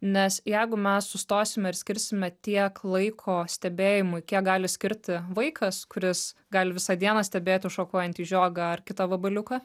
nes jeigu mes sustosime ir skirsime tiek laiko stebėjimui kiek gali skirti vaikas kuris gali visą dieną stebėti šokuojantį žiogą ar kitą vabaliuką